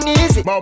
easy